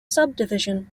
subdivision